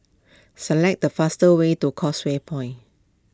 select the faster way to Causeway Point